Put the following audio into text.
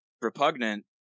repugnant